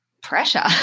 pressure